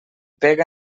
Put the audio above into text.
pega